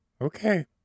okay